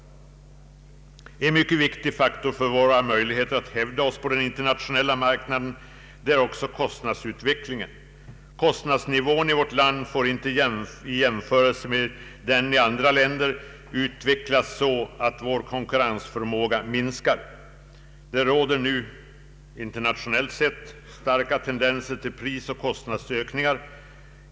En mycket viktig faktor för våra möjligheter att hävda oss på den internationella marknaden är också kostnadsutvecklingen. Kostnadsnivån i vårt land får inte i jämförelse med den i andra länder utvecklas så att vår konkurrensförmåga minskar. Det råder nu internationellt sett starka tendenser till prisoch kostnadsökningar.